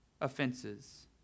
offenses